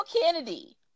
Kennedy